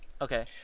Okay